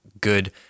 good